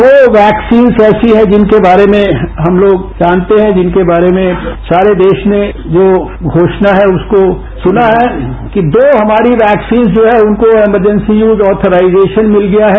दो वैक्सीन्स ऐसी हैं जिनके बारे में हम लोग जानते हैं जिनके बारे में सारे देश ने जो घोषणा है उसको सुना है कि दो हमारी वैक्सीन्स जो है उनको इमरजेंसी यूज ऑयराइजेशन मिल गया है